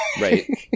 Right